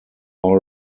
all